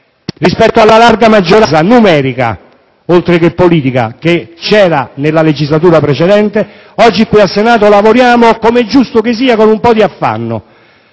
rispetto alla larga maggioranza numerica, oltre che politica, della legislatura precedente; oggi al Senato lavoriamo, come è giusto che sia, con un po' di affanno.